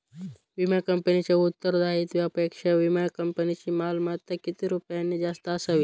विमा कंपनीच्या उत्तरदायित्वापेक्षा विमा कंपनीची मालमत्ता किती रुपयांनी जास्त असावी?